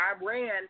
Iran